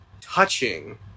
touching